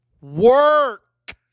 work